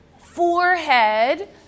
forehead